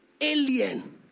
alien